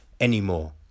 anymore